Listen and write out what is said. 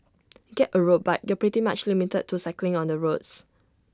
get A road bike and you're pretty much limited to cycling on the roads